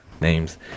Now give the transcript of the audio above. names